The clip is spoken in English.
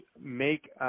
make –